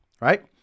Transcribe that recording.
right